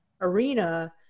arena